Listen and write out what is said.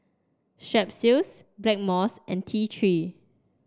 Strepsils Blackmores and T Three